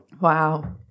Wow